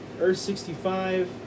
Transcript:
Earth-65